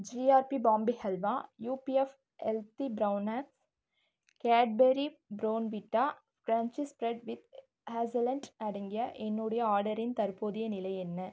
GRB Bombay halwa UPF healthy brown egg Cadbury Bournvita crunchy spread with hazelnut அடங்கிய என்னுடைய ஆர்டரின் தற்போதைய நிலை என்ன